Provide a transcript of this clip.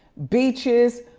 beaches,